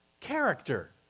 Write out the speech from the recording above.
character